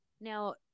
Now